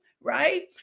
right